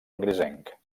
grisenc